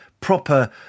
proper